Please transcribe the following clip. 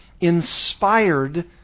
inspired